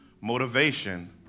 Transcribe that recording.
motivation